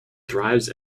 thrives